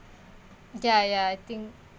ya ya I think